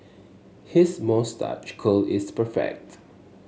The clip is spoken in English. his moustache curl is perfect